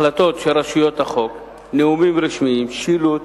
החלטות של רשויות החוק, נאומים רשמיים, שילוט,